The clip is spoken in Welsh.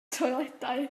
toiledau